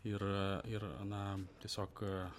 ir ir na tiesiog